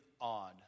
odd